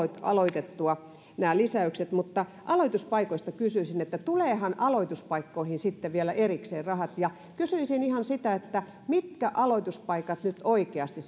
aloitettua nämä lisäykset mutta aloituspaikoista kysyisin että tuleehan aloituspaikkoihin vielä erikseen rahat ja kysyisin ihan sitä että mitkä aloituspaikat nyt oikeasti